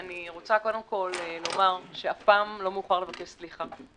אני רוצה קודם כול לומר שאף פעם לא מאוחר לבקש סליחה.